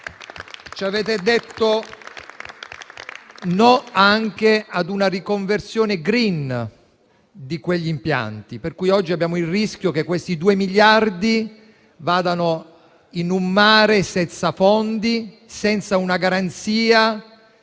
Avete detto di no anche ad una riconversione *green* di quegli impianti, per cui oggi esiste il rischio che questi due miliardi vadano in un mare senza fondi, senza una garanzia di ottenere